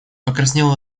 покраснел